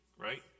Right